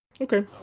Okay